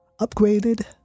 Upgraded